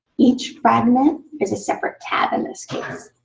each fragment is a separate tab in this case.